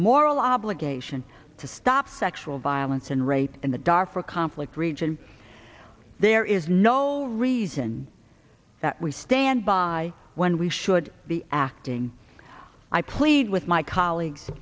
moral obligation to stop sexual violence and rape in the darfur conflict region there is no reason that we stand by when we should be acting i plead with my colleagues